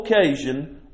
occasion